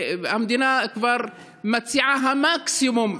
והמדינה כבר מציעה מקסימום,